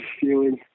feeling